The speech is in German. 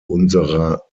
unserer